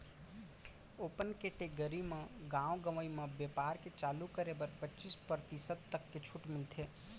open category म गाँव गंवई म बेपार चालू करे बर पचीस परतिसत तक के छूट मिलथे